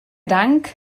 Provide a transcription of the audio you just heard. dank